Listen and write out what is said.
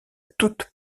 toute